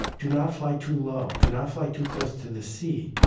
do not fly too low, do not fly too close to the sea,